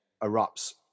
erupts